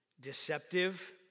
deceptive